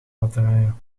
batterijen